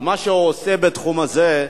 על מה שהוא עושה בתחום הזה.